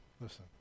listen